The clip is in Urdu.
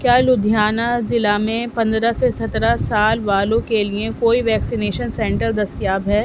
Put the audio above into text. کیا لدھیانہ ضلع میں پندرہ سے سترہ سال والوں کے لیے کوئی ویکسینیشن سنٹر دستیاب ہے